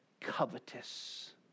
covetous